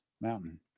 mountain